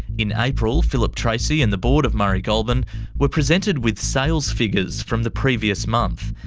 in april, philip tracy and the board of murray goulburn were presented with sales figures from the previous month,